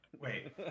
Wait